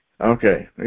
Okay